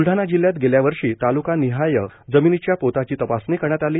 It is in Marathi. ब्ल ाणा जिल्ह्यात गेल्या वर्षी तालूका निहाय जमिनीच्या पोताची तपासणी करण्यात आली